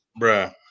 Bruh